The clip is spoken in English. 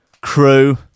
crew